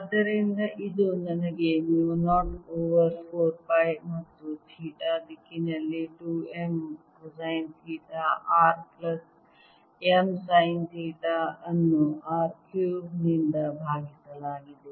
ಆದ್ದರಿಂದ ಇದು ನನಗೆ ಮ್ಯೂ 0 ಓವರ್ 4 ಪೈ ಮತ್ತು ಥೀಟಾ ದಿಕ್ಕಿನಲ್ಲಿ 2 m cosine theta r plus m sine theta ಅನ್ನು R ಕ್ಯೂಬ್ ನಿಂದ ಭಾಗಿಸಲಾಗಿದೆ